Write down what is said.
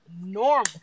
normal